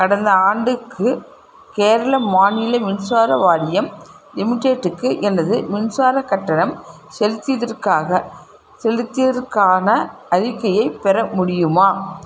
கடந்த ஆண்டுக்கு கேரள மாநில மின்சார வாரியம் லிமிடெடுக்கு எனது மின்சாரக் கட்டணம் செலுத்தியதற்காக செலுத்தியதற்கான அறிக்கையைப் பெற முடியுமா